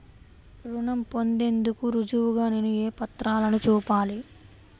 రుణం పొందేందుకు రుజువుగా నేను ఏ పత్రాలను చూపాలి?